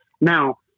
Now